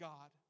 God